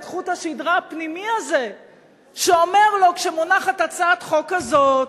את חוט השדרה הפנימי הזה שאומר לו: כשמונחת הצעת חוק כזאת,